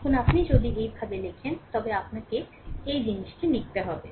এখন আপনি যদি এইভাবে লিখেন তবে আপনাকে এই জিনিসটি লিখতে হবে